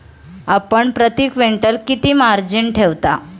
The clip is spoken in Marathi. आपण प्रती क्विंटल किती मार्जिन ठेवता?